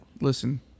Listen